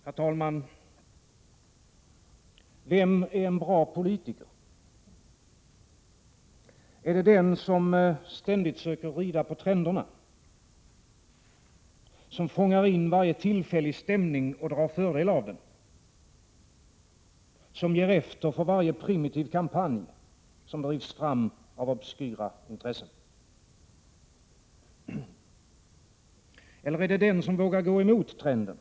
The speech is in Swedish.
Herr talman! Vem är en bra politiker? Är det den som ständigt söker rida på trenderna? Den som fångar in varje tillfällig stämning och drar fördel av den? Den som ger efter för varje primitiv kampanj som drivs fram av obskyra intressen? Eller är det den som vågar gå emot trenden?